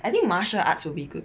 I think martial arts will be good